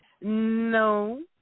No